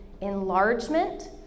enlargement